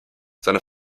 seine